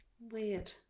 Weird